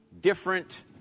different